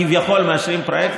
כביכול מאשרים פרויקט,